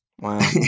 wow